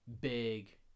big